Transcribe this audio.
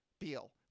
Beal